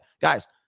Guys